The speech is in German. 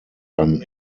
ein